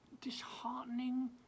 disheartening